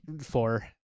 four